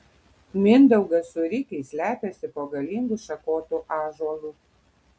mindaugas su rikiais slepiasi po galingu šakotu ąžuolu